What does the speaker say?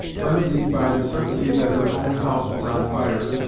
frenzied by the certainty that her own house was on fire,